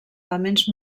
elements